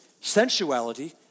sensuality